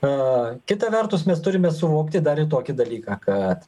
o kita vertus mes turime suvokti dar ir tokį dalyką kad